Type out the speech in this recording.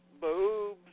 boobs